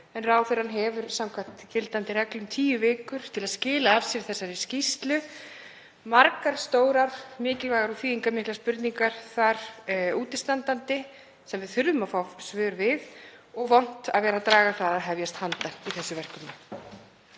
en ráðherrann hefur samkvæmt gildandi reglum tíu vikur til að skila af sér þessari skýrslu. Margar stórar, mikilvægar og þýðingarmiklar spurningar eru þar útistandandi sem við þurfum að fá svör við og vont að vera að draga það að hefjast handa í þessu verkefni.